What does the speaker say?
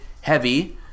heavy